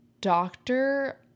doctor